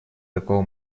такого